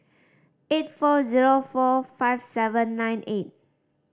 eight four zero four five seven nine eight